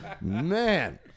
Man